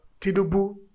tinubu